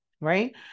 Right